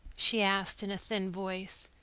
she asked in a thin voice.